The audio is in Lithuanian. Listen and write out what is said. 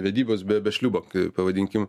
vedybos be be šliūbo pavadinkim